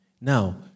Now